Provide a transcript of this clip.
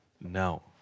no